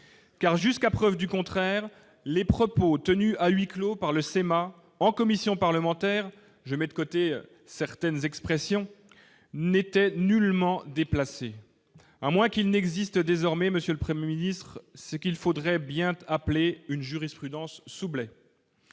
car jusqu'à preuve du contraire, les propos tenus à huis clos par le cinéma en commission parlementaire, je mets de côté certaines expressions n'était nullement déplacée à moins qu'il n'existe désormais Monsieur le 1er ministre ce qu'il faudrait bien appeler une jurisprudence Soubelet.